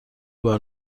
بار